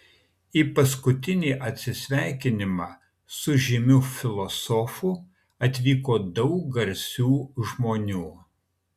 į paskutinį atsisveikinimą su žymiu filosofu atvyko daug garsių žmonių